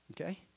Okay